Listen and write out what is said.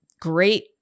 great